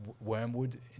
wormwood